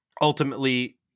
Ultimately